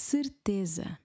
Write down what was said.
Certeza